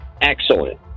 Excellent